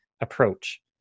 approach